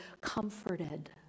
comforted